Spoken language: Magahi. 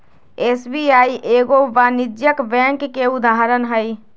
एस.बी.आई एगो वाणिज्यिक बैंक के उदाहरण हइ